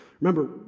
Remember